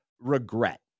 regret